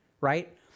right